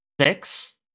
Six